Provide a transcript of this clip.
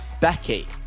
Becky